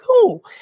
cool